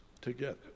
together